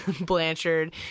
Blanchard